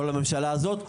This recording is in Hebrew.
לא לממשלה הזאת,